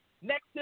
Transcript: Next